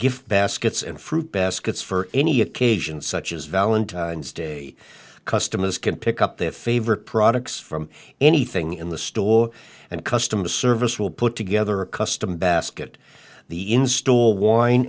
gift baskets and fruit baskets for any occasion such as valentine's day customers can pick up their favorite products from anything in the store and customer service will put together a custom basket the in store wine